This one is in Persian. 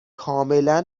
کاملا